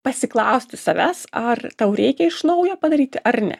pasiklausti savęs ar tau reikia iš naujo padaryti ar ne